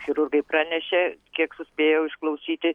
chirurgai pranešė kiek suspėjau išklausyti